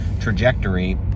trajectory